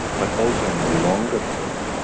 but also in the longer term,